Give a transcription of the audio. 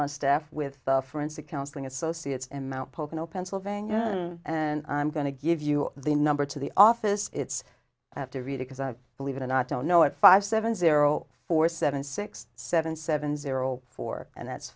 on staff with forensic counseling associates and mount pocono pennsylvania and i'm going to give you the number to the office it's i have to read it as i believe it or not don't know what five seven zero four seven six seven seven zero four and that's